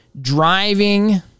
driving